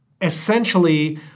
essentially